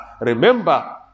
Remember